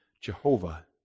Jehovah